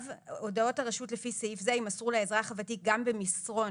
הודעות הרשות לפי סעיף זה יימסרו לאזרח הוותיק גם במסרון,